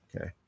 Okay